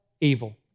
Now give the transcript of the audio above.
evil